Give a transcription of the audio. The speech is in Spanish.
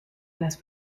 las